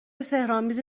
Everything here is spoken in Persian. سحرآمیز